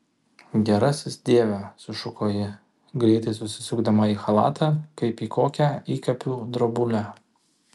gerasis dieve sušuko ji greitai susisukdama į chalatą kaip į kokią įkapių drobulę